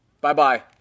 Bye-bye